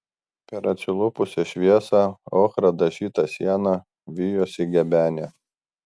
per apsilupusią šviesia ochra dažytą sieną vijosi gebenė